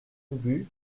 ubu